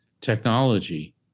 Technology